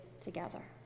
together